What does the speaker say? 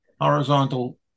horizontal